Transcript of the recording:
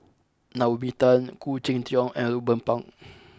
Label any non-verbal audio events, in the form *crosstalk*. Naomi Tan Khoo Cheng Tiong and Ruben Pang *noise*